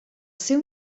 seu